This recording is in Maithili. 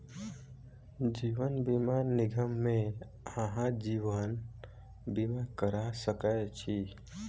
जीवन बीमा निगम मे अहाँ जीवन बीमा करा सकै छी